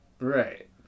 Right